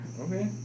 Okay